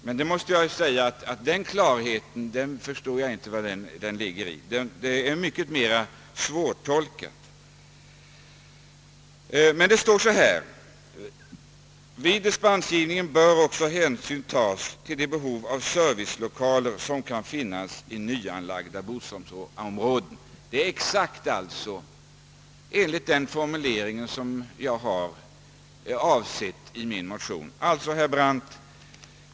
Var denna klarhet ligger förstår emellertid inte jag; det hela är mycket svårtolkat. Det står så här: » Vid dispensgivningen bör också hänsyn tas till det behov av servicelokaler som kan finnas i nyanlagda bostadsområden.» Detta är just vad jag avser i min motion.